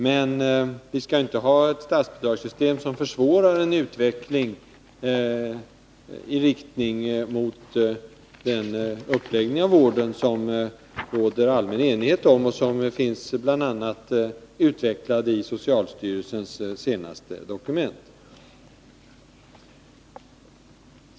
Men vi skall inte ha ett statsbidragssystem som försvårar en utveckling i riktning mot den uppläggning av vården som det råder allmän enighet om och som bl.a. finns utvecklad i socialstyrelsens senaste dokument.